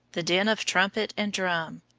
the din of trumpet and drum,